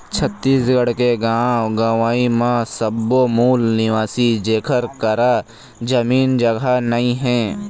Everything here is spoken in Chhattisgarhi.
छत्तीसगढ़ के गाँव गंवई म सब्बो मूल निवासी जेखर करा जमीन जघा नइ हे